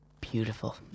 beautiful